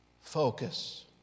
focus